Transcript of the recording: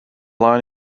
line